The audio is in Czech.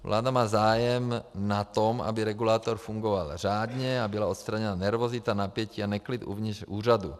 Vláda má zájem na tom, aby regulátor fungoval řádně a byla odstraněna nervozita, napětí a neklid uvnitř úřadu.